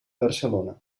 barcelona